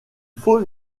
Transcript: faut